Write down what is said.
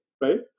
right